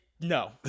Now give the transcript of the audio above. No